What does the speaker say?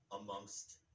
amongst